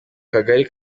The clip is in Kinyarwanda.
kagari